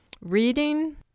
reading